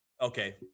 Okay